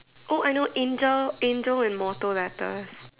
oh I know angel angel and mortal letters